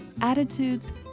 attitudes